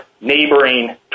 neighboring